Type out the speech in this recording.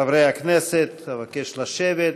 חברי הכנסת, אבקש לשבת.